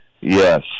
Yes